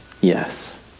Yes